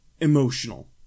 emotional